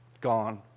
gone